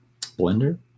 blender